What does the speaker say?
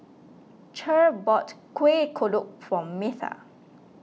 Cher bought Kueh Kodok for Metha